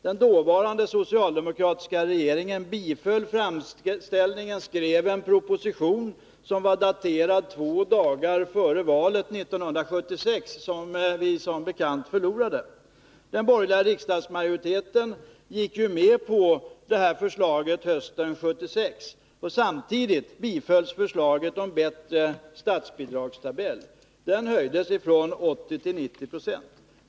Den dåvarande socialdemokratiska regeringen biföll framställningen och skrev en proposition som var daterad två dagar före valet 1976, som vi som bekant förlorade. Den borgerliga riksdagsmajoriteten gick med på det förslaget hösten 1976, och samtidigt bifölls förslaget om en bättre statsbidragstabell. Det blev en höjning från 80 till 90 96.